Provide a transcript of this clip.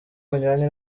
bunyuranye